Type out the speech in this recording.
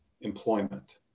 employment